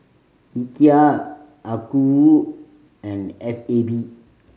Ikea Acuvue and F A B